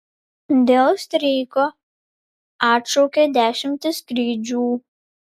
dėl streiko atšaukia dešimtis skrydžių